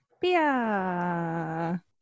Pia